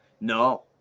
No